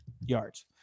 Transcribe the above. yards